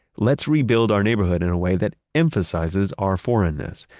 let's rebuild our neighborhood in a way that emphasizes our foreignness,